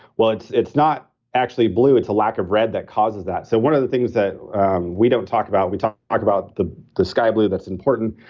well, it's it's not actually blue, it's a lack of red that causes that. so, one of the things that we don't talk about, we talk talk about the the sky blue, that's important,